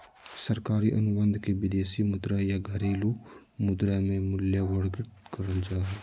सरकारी अनुबंध के विदेशी मुद्रा या घरेलू मुद्रा मे मूल्यवर्गीत करल जा हय